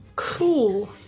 Cool